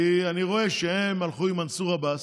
כי אני רואה שהם הלכו עם מנסור עבאס,